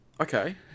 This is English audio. Okay